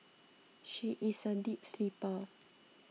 she is a deep sleeper